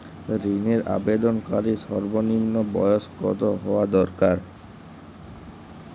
ঋণের আবেদনকারী সর্বনিন্ম বয়স কতো হওয়া দরকার?